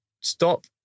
stop